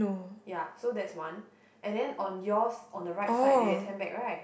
ya so that's one and then on yours on the right side there is handbag right